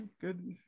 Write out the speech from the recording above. good